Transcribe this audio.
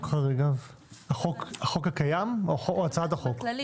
החוק הקיים או הצעת החוק?